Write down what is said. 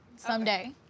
Someday